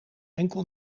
enkel